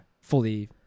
fully